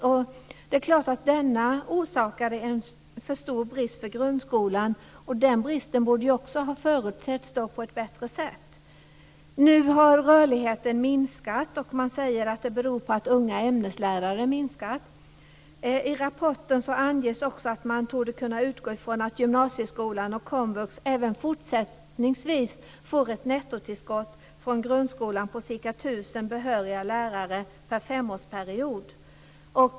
Det är klart att denna orsakade en för stor brist för grundskolan. Den bristen borde också ha förutsetts på ett bättre sätt. Nu har rörligheten minskat, och man säger att det beror på att antalet unga ämneslärare minskat. I rapporten anges också att man torde kunna utgå från att gymnasieskolan och komvux även fortsättningsvis får ett nettotillskott från grundskolan på ca 1 000 behöriga lärare per femårsperiod.